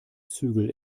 zügel